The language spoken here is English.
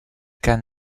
can